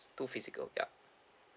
too physical ya